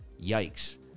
yikes